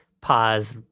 pause